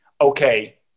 okay